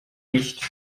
nicht